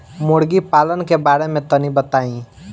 मुर्गी पालन के बारे में तनी बताई?